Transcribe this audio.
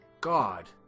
God